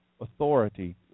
authority